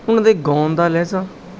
ਉਹਨਾਂ ਦੇ ਗਾਉਣ ਦਾ ਲਹਿਜਾ